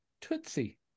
Tootsie